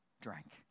drank